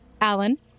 Alan